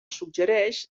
suggereix